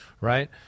right